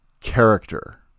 character